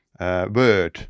Word